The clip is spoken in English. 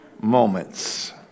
moments